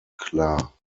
klar